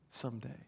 someday